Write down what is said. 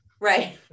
Right